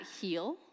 heal